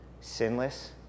Sinless